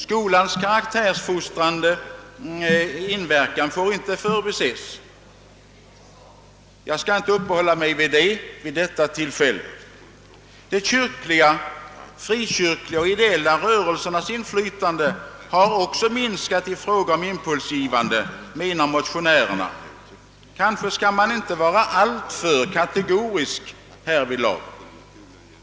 Skolans karaktärsfostrande inverkan får inte heller förbises. Jag skall emellertid inte uppehålla mig vid den saken vid detta tillfälle. De kyrkliga, frikyrkliga och ideella rörelsernas inflytande har också minskat i fråga om impulsgivande, menar motionärerna. Men man bör måhända inte vara alltför kategorisk härvidlag.